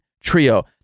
trio